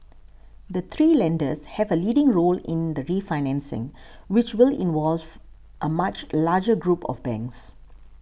the three lenders have a leading role in the refinancing which will involve a much larger group of banks